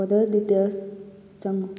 order details ꯆꯪꯉꯣ